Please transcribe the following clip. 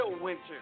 winter